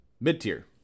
mid-tier